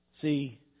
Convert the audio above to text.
See